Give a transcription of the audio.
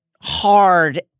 hard